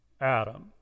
Adam